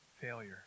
failure